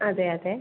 അതെ അതെ